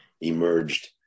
emerged